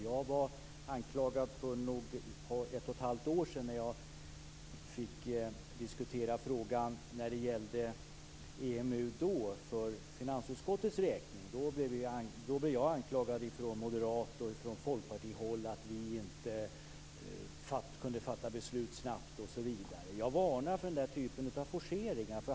För ett och ett halvt år sedan när jag diskuterade frågan om EMU för finansutskottets räkning blev jag anklagad från moderat och folkpartihåll att vi inte kunde fatta beslut snabbt. Jag varnar för den typen av forcering.